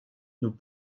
nous